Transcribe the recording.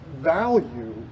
value